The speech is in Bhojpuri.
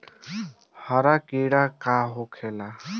हरा कीड़ा का होखे ला?